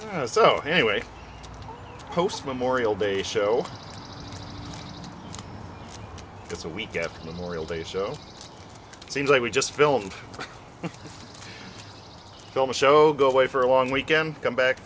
funny so anyway post memorial day show it's a week after memorial day so it seems like we just filmed film a show go away for a long weekend come back